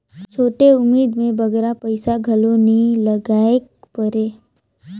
छोटे उदिम में बगरा पइसा घलो नी लगाएक परे